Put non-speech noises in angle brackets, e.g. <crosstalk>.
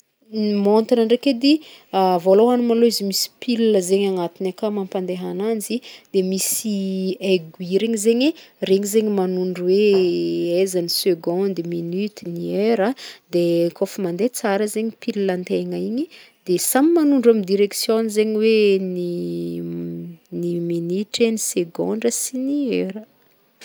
Ny montre ndraiky edy, <hesitation> vôlohany malo izy misy pile zay agnatiny aka mampande agnanjy, de misy <hesitation> aiguille regny zegny, regny zegny manondro hoe <hesitation> eza ny second, ny minute ny heure, de <hesitation> kaofa mande tsara zegny pile antegna igny de samy magnondro amy directiony zegny hoe <hesitation> ny minitra, ny segondra sy ny heure.